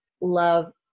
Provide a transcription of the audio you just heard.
love